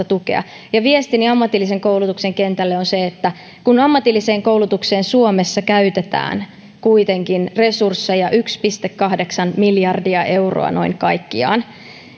tukea viestini ammatillisen koulutuksen kentälle on se että kun ammatilliseen koulutukseen suomessa käytetään kuitenkin resursseja yksi pilkku kahdeksan miljardia euroa noin kaikkiaan